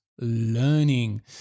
learning